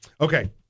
Okay